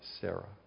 Sarah